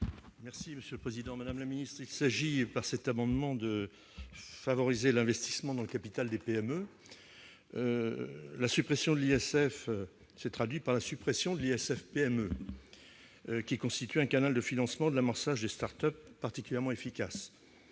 : La parole est à M. Serge Babary. Il s'agit, par cet amendement, de favoriser l'investissement dans le capital des PME. La suppression de l'ISF s'est traduite par la suppression de l'ISF-PME, qui constituait un canal du financement de l'amorçage des start-up particulièrement efficace.